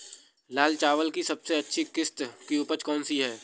लाल चावल की सबसे अच्छी किश्त की उपज कौन सी है?